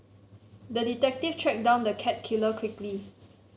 the detective tracked down the cat killer quickly